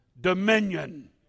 dominion